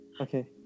Okay